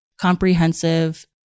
comprehensive